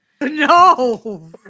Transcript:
No